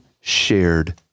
shared